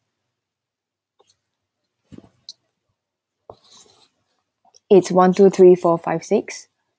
it's one two three four five six